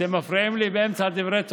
אתם מפריעים לי באמצע דברי תורה.